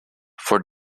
for